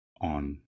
on